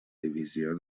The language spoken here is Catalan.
divisió